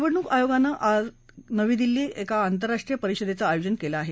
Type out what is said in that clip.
निवडणुक आयोगानं आज नवी दिल्लीत एका आंतरराष्ट्रीय परिषदेचं आयोजन केलं आहे